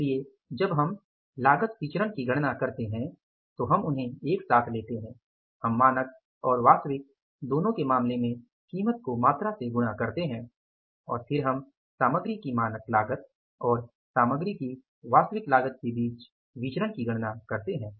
इसलिए जब हम लागत विचरण की गणना करते हैं तो हम उन्हें एक साथ लेते हैं हम मानक और वास्तविक दोनों के मामले में कीमत को मात्रा से गुणा करते हैं और फिर हम सामग्री की मानक लागत और सामग्री की वास्तविक लागत के बीच विचरण की गणना करते हैं